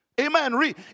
Amen